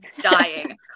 dying